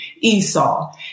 Esau